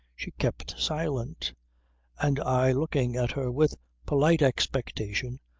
she kept silent and i looking at her with polite expectation,